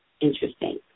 Interesting